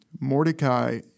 Mordecai